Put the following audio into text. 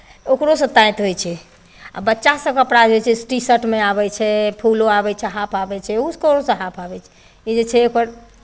ओकरोसँ ताँति होइ छै आओर बच्चा सभके कपड़ा जे छै से टी शर्टमे आबै छै फुलो आबै छै हाफ आबै छै ओकरोसँ हाफ आबै छै ई जे छै एहिपर